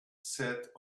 set